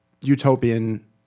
utopian